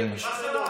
וסרלאוף,